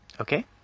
Okay